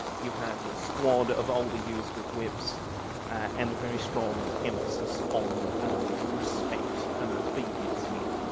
you have your squad of older youths with whips and a very strong emphasis on respect and obedience here.